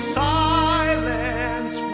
silence